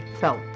felt